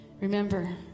remember